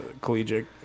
collegiate